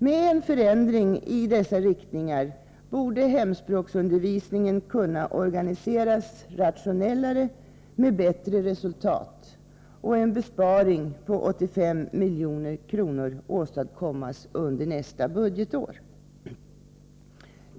Med en förändring i dessa riktningar borde hemspråksundervisningen kunna organiseras rationellare med bättre resultat och en besparing på 85 milj.kr. åstadkommas under nästa budgetår.